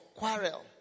quarrel